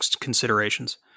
considerations